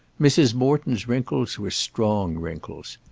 mrs. morton's wrinkles were strong wrinkles.